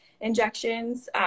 injections